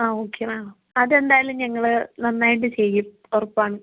ആ okay ma'am അത് എന്തായാലും ഞങ്ങള് നന്നായിട്ട് ചെയ്യും ഉറപ്പാണ്